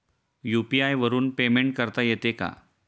UPI वरून payment करता येते का?